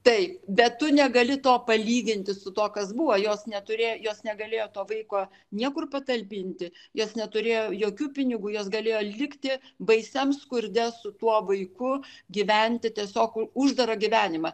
taip bet tu negali to palyginti su tuo kas buvo jos neturė jos negalėjo to vaiko niekur patalpinti jos neturėjo jokių pinigų jos galėjo likti baisiam skurde su tuo vaiku gyventi tiesiog uždarą gyvenimą